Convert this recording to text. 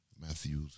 Matthew's